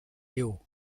eeuw